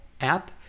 app